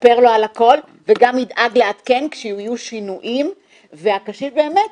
יספר לו על הכול וגם ידאג לעדכן כשיהיו שינויים והקשיש באמת